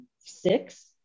six